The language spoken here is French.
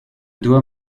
dois